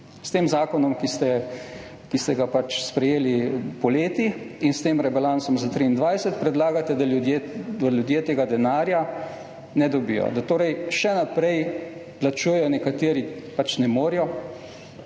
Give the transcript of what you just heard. S tem zakonom, ki ste ga sprejeli poleti, in s tem rebalansom za 2023 predlagate, da ljudje tega denarja ne dobijo, da torej še naprej plačujejo – nekateri ne morejo,